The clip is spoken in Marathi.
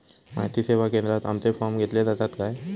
माहिती सेवा केंद्रात आमचे फॉर्म घेतले जातात काय?